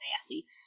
sassy